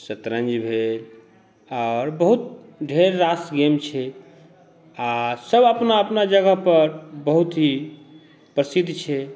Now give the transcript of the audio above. सतरञ्ज भेल आओर बहुत ढेर रास गेम छै आ सभ अपना अपना जगहपर बहुत ही प्रसिद्ध छै